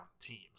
teams